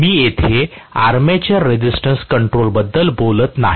मी येथे armature resistance control बद्दल बोलत नाही